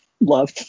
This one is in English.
love